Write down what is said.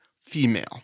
female